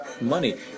money